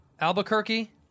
Albuquerque